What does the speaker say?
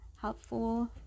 helpful